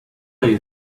you